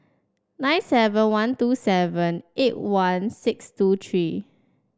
nine seven one two seven eight one six two three